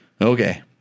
okay